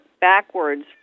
backwards